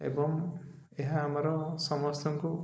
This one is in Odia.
ଏବଂ ଏହା ଆମର ସମସ୍ତଙ୍କୁ